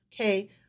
Okay